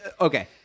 okay